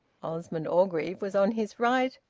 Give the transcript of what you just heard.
osmond orgreave was on his right,